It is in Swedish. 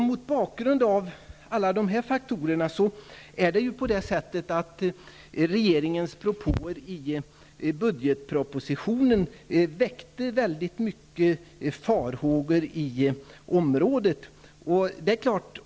Mot bakgrund av alla dessa faktorer väckte regeringens propåer i budgetpropositionen väldigt många farhågor i området.